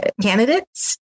candidates